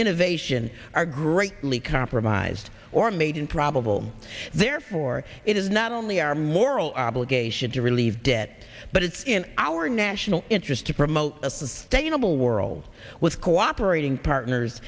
innovation are greatly compromised or made improbable therefore it is not only our moral obligation to relieve debt but it's in our national interest to promote a sustainable world with cooperating partners